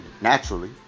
naturally